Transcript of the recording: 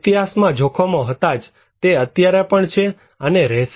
ઈતિહાસમાં જોખમો હતાં જ તે અત્યારે પણ છે અને તે રહેશે